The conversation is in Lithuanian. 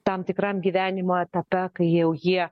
tam tikram gyvenimo etape kai jau jie